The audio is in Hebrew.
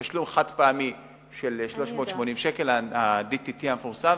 תשלום חד-פעמי של 380 שקל, ה-DTT המפורסם.